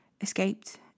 escaped